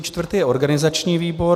Čtvrtý je organizační výbor.